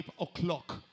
o'clock